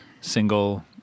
single